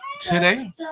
today